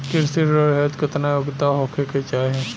कृषि ऋण हेतू केतना योग्यता होखे के चाहीं?